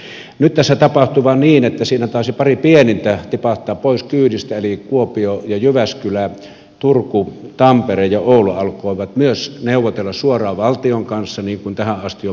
nyt tässä tapahtui vain niin että siinä taisi pari pienintä tipahtaa pois kyydistä eli kuopio ja jyväskylä ja turku tampere ja oulu alkoivat neuvotella suoraan valtion kanssa niin kuin tähän asti on metropolialue tehnyt